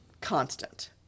constant